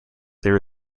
there